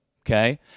Okay